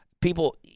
People